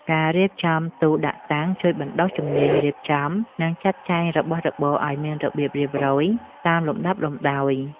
ការរៀបចំទូដាក់តាំងជួយបណ្ដុះជំនាញរៀបចំ និងចាត់ចែងរបស់របរឱ្យមានរបៀបរៀបរយតាមលំដាប់លំដោយ។